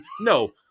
No